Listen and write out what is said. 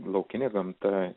laukinė gamta